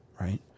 right